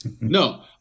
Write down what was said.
No